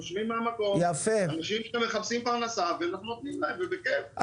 תושבים מהמקום ואנשים שמחפשים פרנסה ואנחנו נותנים להם ובכייף.